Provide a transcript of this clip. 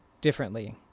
differently